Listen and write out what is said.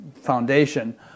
foundation